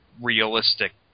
realistic